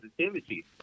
positivity